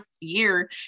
year